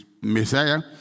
Messiah